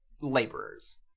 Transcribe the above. laborers